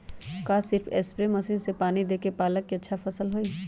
का सिर्फ spray machine से पानी देके पालक के अच्छा फसल होई?